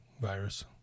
virus